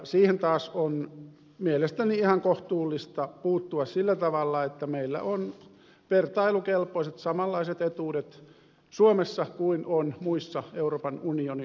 siihen taas on mielestäni ihan kohtuullista puuttua sillä tavalla että meillä on vertailukelpoiset samanlaiset etuudet suomessa kuin on muissa euroopan unionin maissa